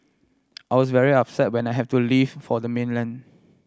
I was very upset when I have to leave for the mainland